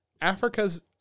Africa's